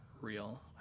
real